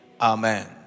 Amen